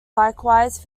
likewise